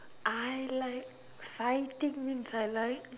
I like fighting means I like